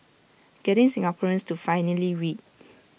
getting Singaporeans to finally read